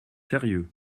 sérieux